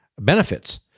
benefits